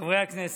חברי הכנסת,